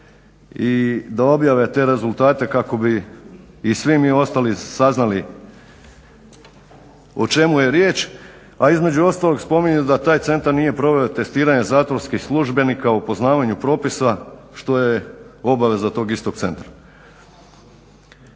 i da objave te rezultate kako bi i svi mi ostali saznali o čemu je riječ. A između ostalog spominju da taj centar nije proveo testiranje zatvorskih službenika o poznavanju propisa što je obaveza tog istog centra.